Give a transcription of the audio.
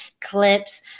clips